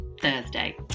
Thursday